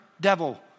devil